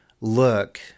look